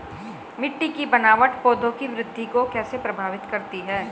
मिट्टी की बनावट पौधों की वृद्धि को कैसे प्रभावित करती है?